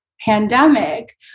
pandemic